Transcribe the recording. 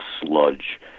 sludge